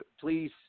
please